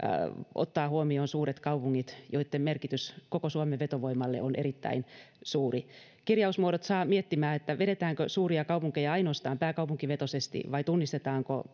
ottaen huomioon suuret kaupungit joitten merkitys koko suomen vetovoimalle on erittäin suuri kirjausmuodot saavat miettimään vedetäänkö suuria kaupunkeja ainoastaan pääkaupunkivetoisesti vai tunnistetaanko